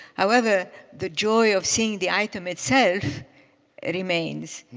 however, the joy of seeing the item itself remains.